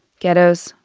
ghettos,